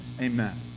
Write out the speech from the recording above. Amen